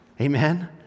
Amen